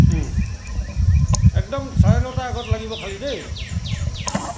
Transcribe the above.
একদম চাৰে নটাৰ আগত লাগিব খালি দেই